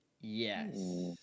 Yes